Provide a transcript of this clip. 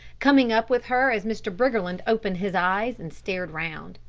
coming up with her as mr. briggerland opened his eyes and stared round.